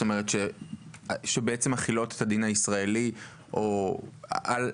זאת אומרת שבעצם מחילות את הדין הישראלי על השטחים